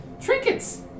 Trinkets